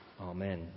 Amen